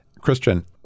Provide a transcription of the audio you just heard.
Christian